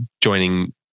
joining